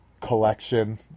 collection